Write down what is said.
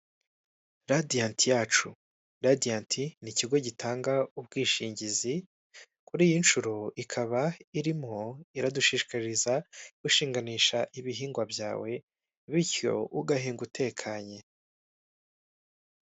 Kizimyamwoto, iyingiyi ishobora kugufasha mu gihe mu nyubako habaye inkongi y'umuriro, kubera yuko iba iri hafi, ushobora guhita uyifashisha, ugakumira iyo nkongi y'umuriro itaraba nini.